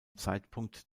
zeitpunkt